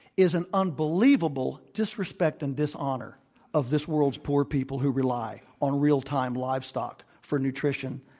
is an unbelievable disrespect and dishonor of this world's poor people who rely on real-time livestock for nutrition,